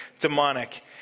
demonic